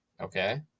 Okay